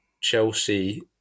Chelsea